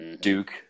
Duke